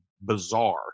bizarre